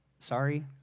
Sorry